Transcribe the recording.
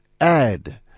add